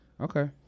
Okay